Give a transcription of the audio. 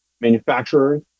manufacturers